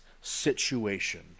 situation